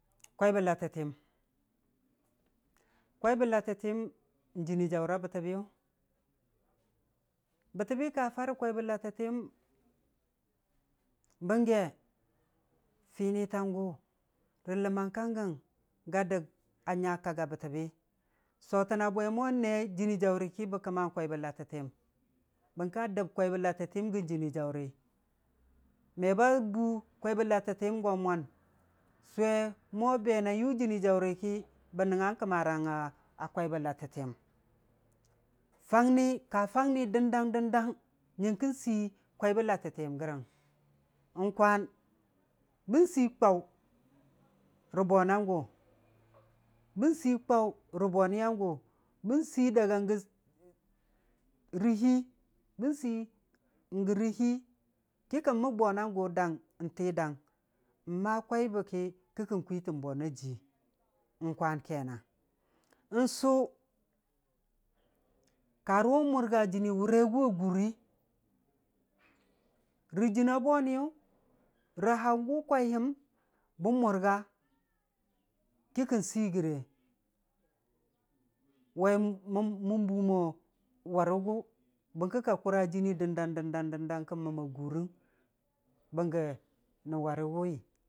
Kwaibə latəttiyəm, kwai bə latəttiyəm, n'jɨnii jʊra bətəbiyʊ bətəbi ka fara kwai bə latətiyəm bəngge fini tan gʊ rə ləmmang ka gəng ga dəg a nya kag a bətəbi, sotəna bwe mone jɨnii jaʊri ki bə kəma kwai bə latəti yəm, bəng ka dəb kwai bə latəti yəm gən jɨnii jaʊri, me ba bu kwai bə latətiyəm go mwan, sʊwo mo be na yʊ jɨnii jaʊri ki bə nənguga kəmarang a kwai bə latətiyəm, fangni, ka fangni dəndang dəndang, nyəngkən si kwai bə latətiyəm gərəng, n'lewan bən sii kwaʊ rə boniyan gʊi bən sii kwaʊ ra boniyan gu, ban sii dagan ga ra rə hii, bən sii gə rə hii, kə kən məg bonan gʊ dang n'ti dang, n'ma kwai bə ki, kə kən kwiitən bona jii, n'kwan kenang, n'Sʊ, karə wʊn mʊrga jɨnii, warigʊwa gurii, rə jɨna boniyʊ, rə hangʊ kwai həm, bən mʊrga, ki kən sii gəre, wai m- mən bu mo wargʊ, bərkə ka kʊra jɨnii dəndang dəndang dəndang kən mʊrg a mura gurəng bəngge nən wargʊwi.